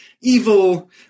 evil